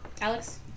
Alex